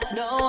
no